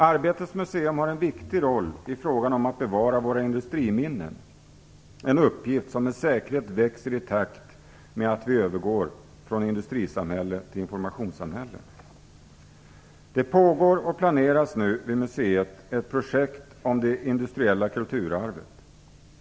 Arbetets museum har en viktig roll i fråga om att bevara våra industriminnen - en uppgift som med säkerhet växer i takt med att vi övergår från industrisamhället till informationssamhället. Det pågår och planeras nu vid museet ett projekt om det industriella kulturarvet.